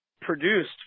produced